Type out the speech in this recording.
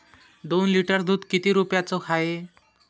दोन लिटर दुध किती रुप्याचं हाये?